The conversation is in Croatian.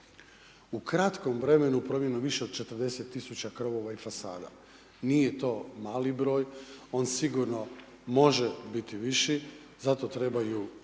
u kratkom vremenu promjenom više od 40 tisuća krovova i fasada. Nije to mali broj, on sigurno može biti viši, zato trebaju